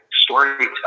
storytelling